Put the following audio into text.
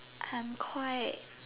I'm quite